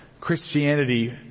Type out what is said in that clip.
Christianity